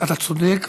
אתה צודק,